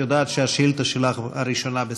יודעת שהשאילתה שלך היא הראשונה בסדר-היום.